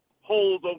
holes